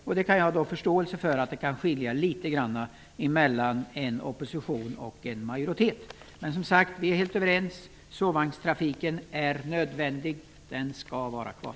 Jag kan ha förståelse för att det kan skilja litet grand i uppfattning mellan opposition och majoritet, men vi är helt överens om att sovvagnstrafiken är nödvändig och att den skall vara kvar.